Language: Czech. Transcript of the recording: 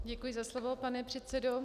Děkuji za slovo, pane předsedo.